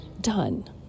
done